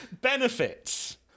benefits